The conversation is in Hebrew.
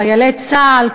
חיילי צה"ל,